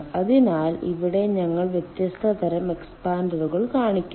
അതിനാൽ ഇവിടെ ഞങ്ങൾ വ്യത്യസ്ത തരം എക്സ്പാൻഡറുകൾ കാണിക്കുന്നു